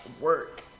work